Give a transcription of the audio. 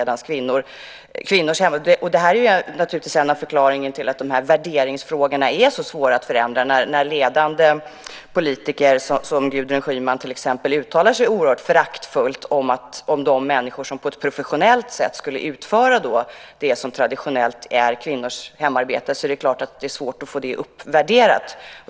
Det är naturligtvis en av förklaringarna till att värderingsfrågorna är så svåra att förändra när ledande politiker, som till exempel Gudrun Schyman, uttalar sig oerhört föraktfullt om de människor som på ett professionellt sätt skulle utföra det som traditionellt är kvinnors hemarbete. Det är klart att det är svårt att få det uppvärderat.